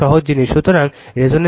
সুতরাং রেজোনেন্সে ω 0 1√L C যে জানে